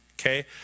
okay